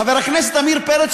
חבר הכנסת עמיר פרץ,